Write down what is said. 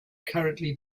currently